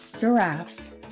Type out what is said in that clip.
giraffes